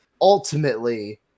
ultimately